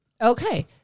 Okay